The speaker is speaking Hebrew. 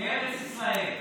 בארץ ישראל.